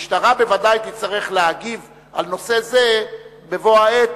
המשטרה בוודאי תצטרך להגיב על נושא זה בבוא העת,